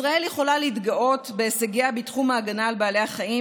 ישראל יכולה להתגאות בהישגיה בתחום ההגנה על בעלי חיים,